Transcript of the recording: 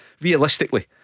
Realistically